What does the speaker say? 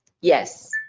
Yes